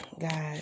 God